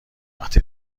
وقتی